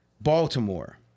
Baltimore